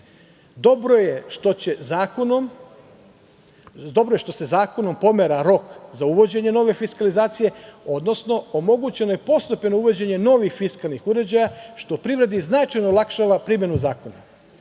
je što se zakonom pomera rok za uvođenje nove fiskalizacije, odnosno omogućeno je postepeno uvođenje novih fiskalnih uređaja što privredi značajno olakšava primenu zakona.